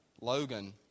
Logan